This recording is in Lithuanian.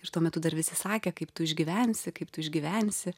ir tuo metu dar visi sakė kaip tu išgyvensi kaip tu išgyvensi